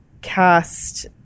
cast